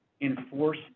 enforce